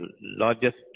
largest